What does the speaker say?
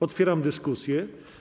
Otwieram dyskusję.